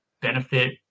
benefit